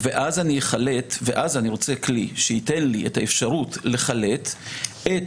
ואז אני רוצה כלי שייתן לי את האפשרות לחלט את